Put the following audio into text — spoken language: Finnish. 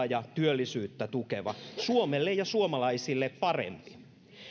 ja työllisyyttä tukeva suomelle ja suomalaisille parempi